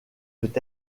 peut